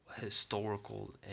historical